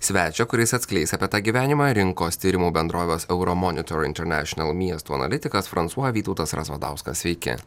svečią kuris atskleis apie tą gyvenimą rinkos tyrimų bendrovės euro monitor international miestų analitikas fransua vytautas razvadauskas sveiki